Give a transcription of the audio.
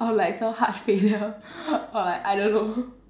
of like some heart failure or like I don't know